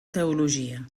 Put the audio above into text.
teologia